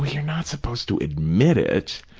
you're not supposed to admit it.